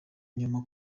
inyuma